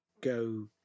go